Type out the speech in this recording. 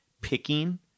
picking